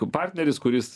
partneris kuris